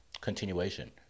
Continuation